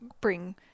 bring